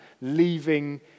leaving